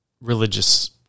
religious